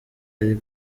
ari